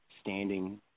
standing